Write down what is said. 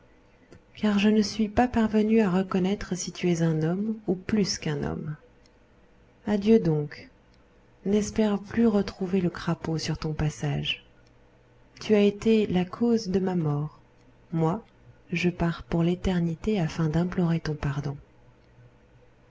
car je ne suis pas parvenu à reconnaître si tu es un homme ou plus qu'un homme adieu donc n'espère plus retrouver le crapaud sur ton passage tu as été la cause de ma mort moi je pars pour l'éternité afin d'implorer ton pardon